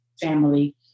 family